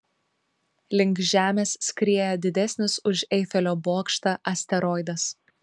link žemės skrieja didesnis už eifelio bokštą asteroidas